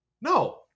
no